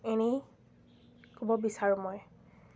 এনেই ক'ব বিচাৰোঁ মই